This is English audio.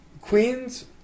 Queen's